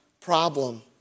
problem